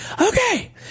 okay